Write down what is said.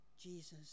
Jesus